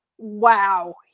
wow